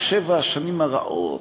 ושבע השנים הרעות,